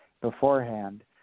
beforehand